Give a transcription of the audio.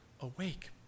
awake